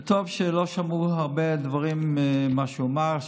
טוב שלא שמעו הרבה דברים ממה שהוא אמר,